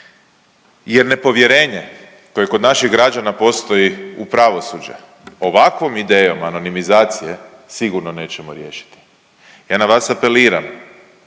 Jer nepovjerenje koje kod naših građana postoji u pravosuđe, ovakvom idejom anonimizacije sigurno nećemo riješiti. Ja na vas apeliram